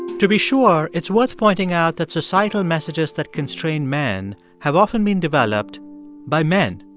to be sure, it's worth pointing out that societal messages that constrain men have often been developed by men.